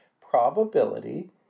probability